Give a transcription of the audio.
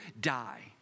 die